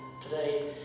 Today